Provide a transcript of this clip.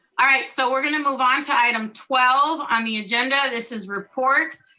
all right, so we're gonna move on to item twelve on the agenda, this is reports.